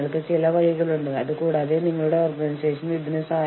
എങ്കിലും ഇത് എങ്ങനെയൊക്കെയോ ജുഡീഷ്യലിന് തുല്യമാണ്